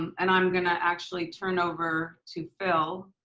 and i'm gonna actually turn over to phil.